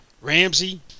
Ramsey